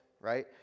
right